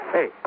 Hey